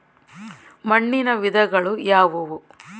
ಮಣ್ಣಿನ ವಿಧಗಳು ಯಾವುವು?